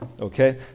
Okay